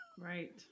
Right